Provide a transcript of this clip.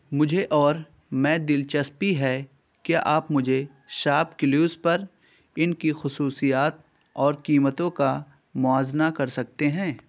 مجھے اور میں دلچسپی ہے کیا آپ مجھے شاپ کلیوز پر ان کی خصوصیات اور قیمتوں کا موازنہ کر سکتے ہیں